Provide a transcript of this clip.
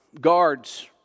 guards